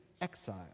exile